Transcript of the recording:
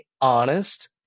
honest